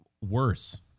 Worse